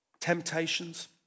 Temptations